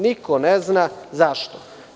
Niko ne zna zašto.